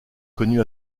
connu